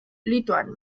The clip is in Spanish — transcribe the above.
lituano